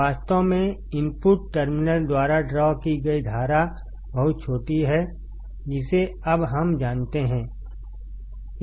वास्तव में input terminal द्वारा ड्रा की गई धारा बहुत छोटी है जिसे अब हम जानते हैं